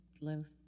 live